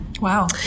Wow